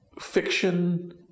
fiction